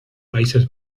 países